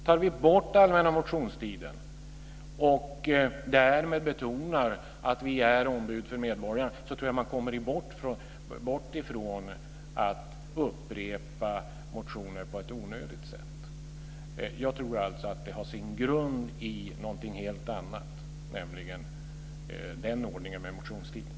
Om vi tar bort allmänna motionstiden och betonar att vi är ombud för medborgarna tror jag att vi kommer bort från ett onödigt upprepande av motioner. Jag tror att det har sin grund i någonting annat, nämligen ordningen med motionstiden.